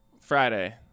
Friday